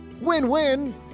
win-win